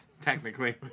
technically